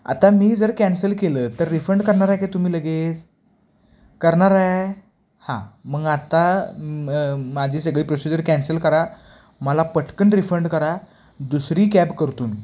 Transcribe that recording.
आता मी जर कॅन्सल केलं तर रिफंड करणार आहे का तुम्ही लगेच करणार आहे हां मग आता माझी सगळी प्रोसिजर कॅन्सल करा मला पटकन रिफंड करा दुसरी कॅब करतो मी